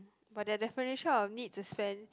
but their definition of need to spend